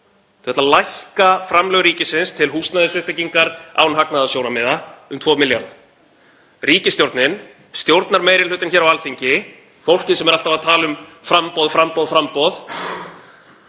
ætla að lækka framlög ríkisins til húsnæðisuppbyggingar án hagnaðarsjónarmiða um 2 milljarða. Ríkisstjórnin, stjórnarmeirihlutinn hér á Alþingi, fólkið sem er alltaf að tala um framboð, framboð, ætlar